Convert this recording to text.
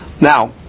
now